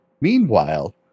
Meanwhile